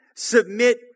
Submit